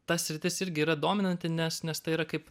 ta sritis irgi yra dominanti nes nes tai yra kaip